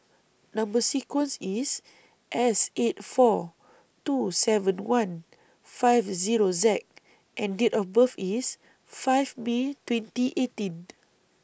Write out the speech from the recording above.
Number sequence IS S eight four two seven one five Zero Z and Date of birth IS five May twenty eighteen